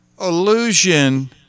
illusion